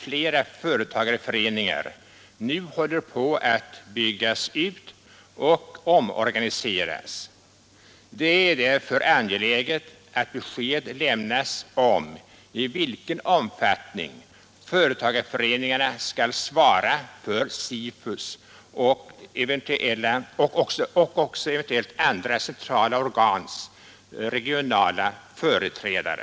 Flera företagarföreningar håller nu på att byggas ut och omorganiseras. Det är därför angeläget att besked lämnas om i vilken omfattning företagarföreningarna skall vara SIFUs och eventuellt också andra centrala organs regionala företrädare.